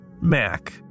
Mac